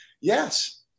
Yes